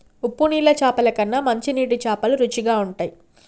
ఉప్పు నీళ్ల చాపల కన్నా మంచి నీటి చాపలు రుచిగ ఉంటయ్